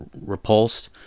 repulsed